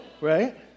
right